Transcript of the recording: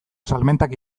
salmentak